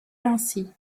ainsi